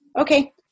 Okay